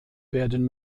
werden